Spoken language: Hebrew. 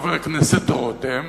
חבר הכנסת רותם,